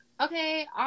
Okay